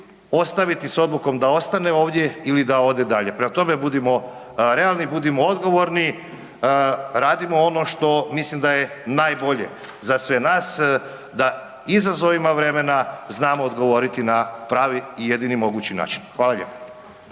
ostaviti s odlukom da ostane ovdje ili da ode dalje. Prema tome, budimo realni, budimo odgovorni, radimo ono što mislim da je najbolje za sve nas, da izazovima vremena znamo odgovoriti na pravi i jedini mogući način. Hvala lijepo.